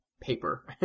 paper